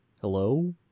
Hello